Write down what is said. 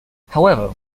however